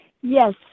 Yes